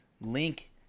Link